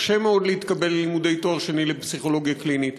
קשה מאוד להתקבל ללימודי תואר שני בפסיכולוגיה קלינית,